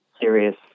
serious